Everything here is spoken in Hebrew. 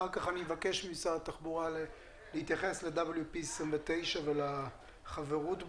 אחר כך אני אבקש ממשרד התחבורה להתייחס ל-WP29 ולחברות בה.